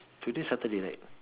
today Saturday right